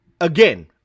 Again